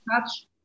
touch